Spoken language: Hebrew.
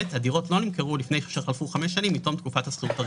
הדירות לא נמכרו לפני שחלפו חמש שנים מתחום תקופת השכירות הראשונה.